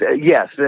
yes